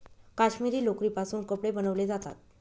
काश्मिरी लोकरीपासून कपडे बनवले जातात